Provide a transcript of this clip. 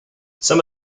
some